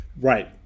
Right